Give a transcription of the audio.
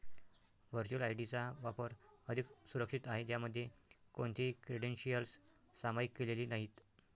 virtual ID चा वापर अधिक सुरक्षित आहे, ज्यामध्ये कोणतीही क्रेडेन्शियल्स सामायिक केलेली नाहीत